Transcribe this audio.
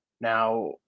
now